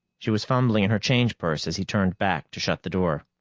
she was fumbling in her change purse as he turned back to shut the door.